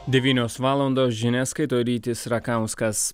devynios valandos žinias skaito rytis rakauskas